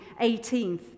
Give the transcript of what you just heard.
18th